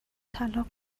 طلاق